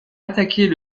attaquer